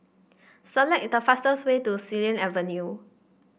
select the fastest way to Xilin Avenue